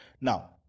Now